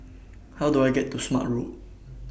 How Do I get to Smart Road